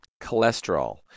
Cholesterol